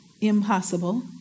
impossible